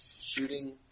Shooting